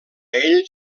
ell